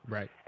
Right